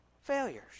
failures